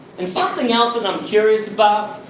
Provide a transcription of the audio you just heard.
and something else that i'm curious about,